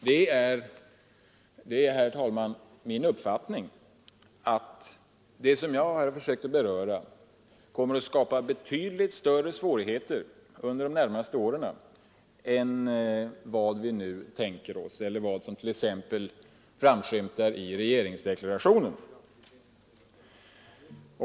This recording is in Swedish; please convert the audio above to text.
Det är, herr talman, min uppfattning att det som jag här har försökt beröra kommer att skapa betydligt större svårigheter under de närmaste åren än vad vi nu tänker oss eller vad som t.ex. framskymtar i regeringsdeklarationen.